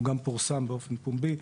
הוא גם פורסם באופן פומבי.